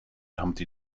humpty